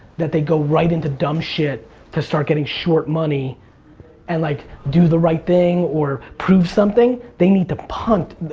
that they go right into dumb shit to start getting short money and like do the right thing or prove something, they need to punt.